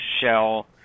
shell